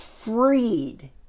freed